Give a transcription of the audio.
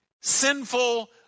sinful